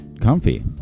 comfy